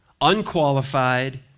unqualified